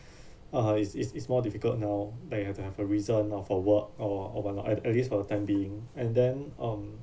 uh it's it's it's more difficult now that you have to have a reason uh for work or or whatnot at at least for the time being and then um